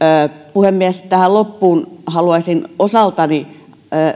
puhemies tähän loppuun haluaisin osaltani